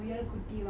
ruby